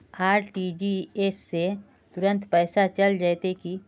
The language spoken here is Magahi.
आर.टी.जी.एस से तुरंत में पैसा चल जयते की?